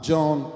John